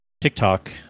tiktok